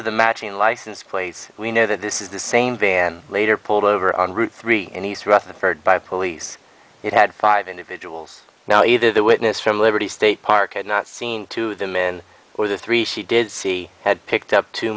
of the matching license plates we know that this is the same van later pulled over on route three any rutherford by police it had five individuals now either the witness from liberty state park had not seen to the men or the three she did see had picked up t